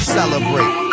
celebrate